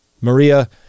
Maria